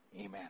amen